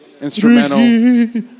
instrumental